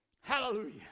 Hallelujah